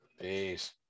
Peace